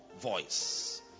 voice